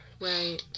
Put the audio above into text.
Right